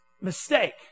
mistake